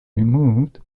removed